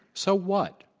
so what?